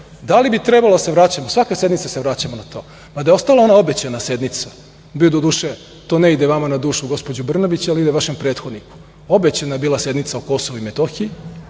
da li bi trebalo da se vraćamo na to? Svake sednice se vraćamo na to. Da je ostala ona obećana sednica, doduše, to ne ide vama na dušu, gospođo Brnabić, ali ide vašem prethodniku, obećana je bila sednica o Kosovu i Metohiji,